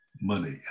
money